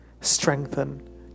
strengthen